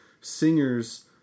singers